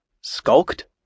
Skulked